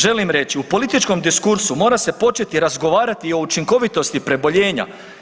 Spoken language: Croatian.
Želim reći, u političkom diskursu mora se početi razgovarati i o učinkovitosti preboljenja.